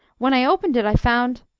when i opened it, i found.